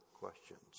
questions